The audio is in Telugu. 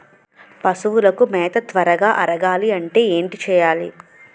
పశువులకు మేత త్వరగా అరగాలి అంటే ఏంటి చేయాలి?